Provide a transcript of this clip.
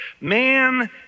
man